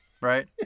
Right